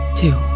two